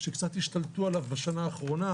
שקצת השתלטו עליו בשנה האחרונה,